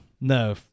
no